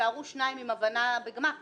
שיישארו שניים עם הבנה בגמ"חים